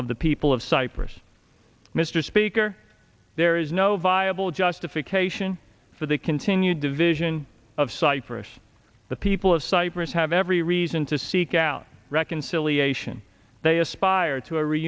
of the people of cyprus mr speaker there is no viable justification for the continued division of cyprus the people of cyprus have every reason to seek out reconciliation they aspire to a re